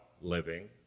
living